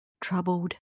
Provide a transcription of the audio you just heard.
Troubled